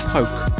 Poke